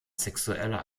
sexueller